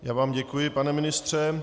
Já vám děkuji, pane ministře.